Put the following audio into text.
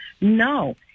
no